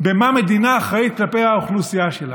במה מדינה אחראית כלפי האוכלוסייה שלה.